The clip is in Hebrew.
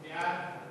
בעד.